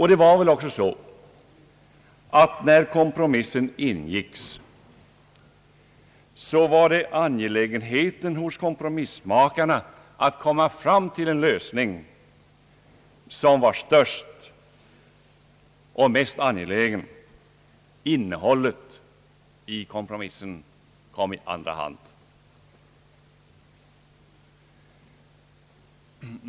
Det var väl också så att när kompromissen ingicks så var det angelägenhelen hos kompromissmakarna att komma fram till någon lösning som var störst. Innehållet i kompromissen kom i andra hand.